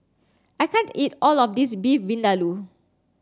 I can't eat all of this Beef Vindaloo